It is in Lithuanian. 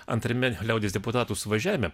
antrame liaudies deputatų suvažiavime